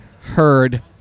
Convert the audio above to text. Heard